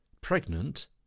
pregnant